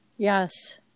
Yes